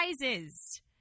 sizes